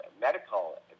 medical